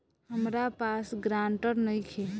हमरा पास ग्रांटर नइखे?